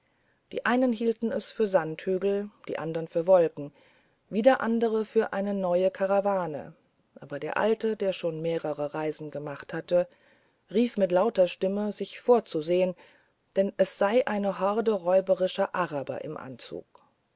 die einen hielten es für sandhügel die andern für wolken wieder andere für eine neue karawane aber der alte der schon mehrere reisen gemacht hatte rief mit lauter stimme sich vorzusehen denn es sei eine horde räuberischer araber im anzug